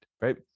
right